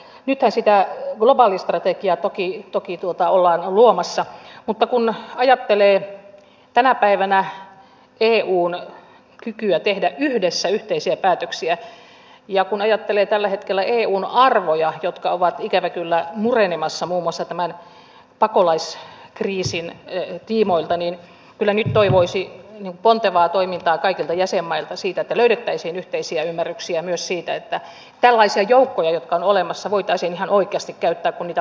nythän sitä globaalistrategiaa toki ollaan luomassa mutta kun ajattelee tänä päivänä eun kykyä tehdä yhdessä yhteisiä päätöksiä ja kun ajattelee tällä hetkellä eun arvoja jotka ovat ikävä kyllä murenemassa muun muassa tämän pakolaiskriisin tiimoilta niin kyllä nyt toivoisi pontevaa toimintaa kaikilta jäsenmailta siinä että löydettäisiin yhteisiä ymmärryksiä myös siitä että tällaisia joukkoja jotka ovat olemassa voitaisiin ihan oikeasti käyttää kun niitä maailmalla tarvitaan